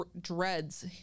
dreads